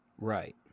Right